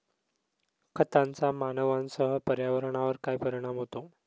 खतांचा मानवांसह पर्यावरणावर काय परिणाम होतो?